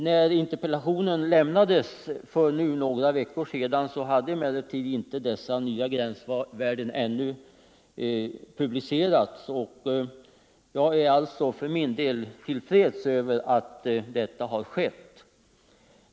När interpellationen lämnades för några veckor sedan hade dessa nya gränsvärden ännu inte publicerats, och jag är för min del till freds med att detta nu har skett.